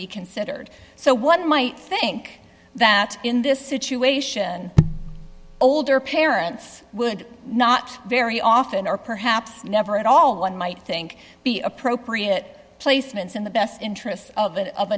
be considered so one might think that in this situation older parents would not very often or perhaps never at all one might think be appropriate placements in the best interests of that of